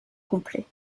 complet